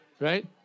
Right